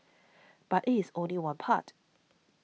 but it is only one part